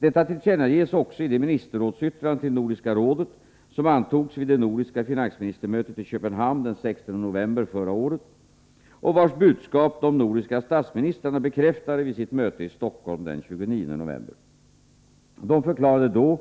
Detta tillkännages också i det ministerrådsyttrande till Nordiska rådet som antogs vid det nordiska finansministermötet i Köpenhamn den 16 november förra året, och vars budskap de nordiska statsministrarna bekräftade vid sitt möte i Stockholm den 29 november. De förklarade då